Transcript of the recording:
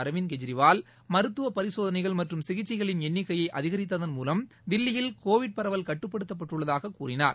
அரவிந்த் கெஜ்ரிவால் மருத்துவப் பரிசோதனைகள் மற்றும் சிகிச்சைகளின் எண்ணிக்கையை அதிகரித்ததன் மூலம் தில்லியில் கோவிட் பரவல் கட்டுப்படுத்தப்பட்டுள்ளதாக கூறினார்